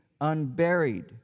unburied